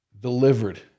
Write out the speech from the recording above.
delivered